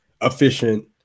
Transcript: efficient